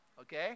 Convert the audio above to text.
okay